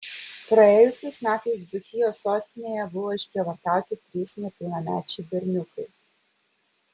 praėjusiais metais dzūkijos sostinėje buvo išprievartauti trys nepilnamečiai berniukai